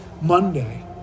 Monday